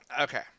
Okay